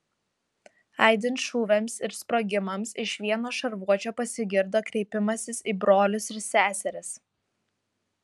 aidint šūviams ir sprogimams iš vieno šarvuočio pasigirdo kreipimasis į brolius ir seseris